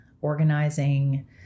organizing